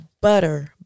Butter